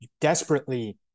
desperately